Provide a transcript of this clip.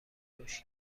رشد